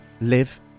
live